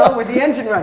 ah with the engine